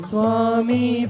Swami